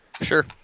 Sure